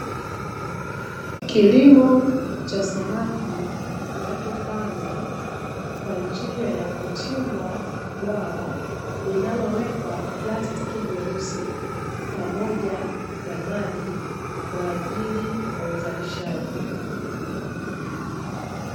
Kilimo cha samaki kinachofanywa kwa njia ya kuchimbwa bwawa linalowekwa plastiki nyeusi pamoja na maji kwa ajili ya uzalishaji.